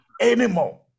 anymore